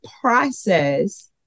process